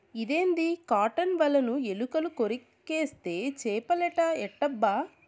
ఇదేంది కాటన్ ఒలను ఎలుకలు కొరికేస్తే చేపలేట ఎట్టబ్బా